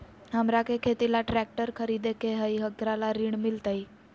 हमरा के खेती ला ट्रैक्टर खरीदे के हई, एकरा ला ऋण मिलतई?